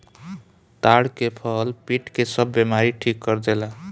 ताड़ के फल पेट के सब बेमारी ठीक कर देला